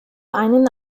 einen